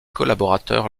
collaborateurs